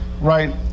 right